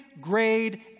grade